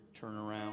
turnaround